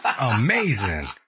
Amazing